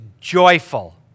joyful